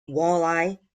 walleye